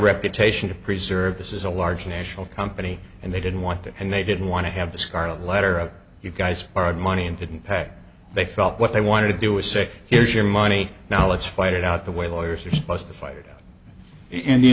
reputation to preserve this is a large national company and they didn't want that and they didn't want to have the scarlet letter a you guys borrowed money and didn't pack they felt what they wanted to do was say here's your money now let's fight it out the way lawyers are supposed to fight i